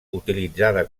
utilitzada